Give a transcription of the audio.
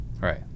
Right